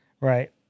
right